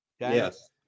Yes